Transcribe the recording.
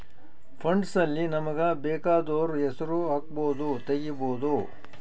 funds ಅಲ್ಲಿ ನಮಗ ಬೆಕಾದೊರ್ ಹೆಸರು ಹಕ್ಬೊದು ತೆಗಿಬೊದು